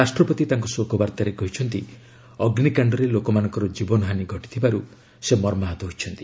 ରାଷ୍ଟ୍ରପତି ତାଙ୍କ ଶୋକବାର୍ତ୍ତାରେ କହିଛନ୍ତି ଅଗ୍ରିକାଷ୍ଟରେ ଲୋକମାନଙ୍କର କୀବନହାନି ଘଟିଥିବାରୁ ସେ ମର୍ମାହତ ହୋଇଛନ୍ତି